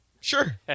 Sure